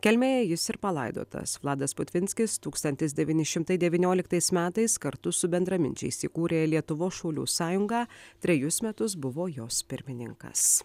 kelmėje jis ir palaidotas vladas putvinskis tūkstantis devyni šimtai devynioliktais metais kartu su bendraminčiais įkūrė lietuvos šaulių sąjungą trejus metus buvo jos pirmininkas